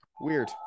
weird